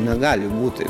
negali būti